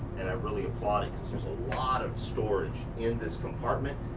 and i really applaud it. cause there's a lot of storage in this compartment.